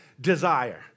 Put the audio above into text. desire